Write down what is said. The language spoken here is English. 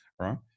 right